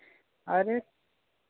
अरे